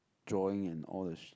drawing and all the shi~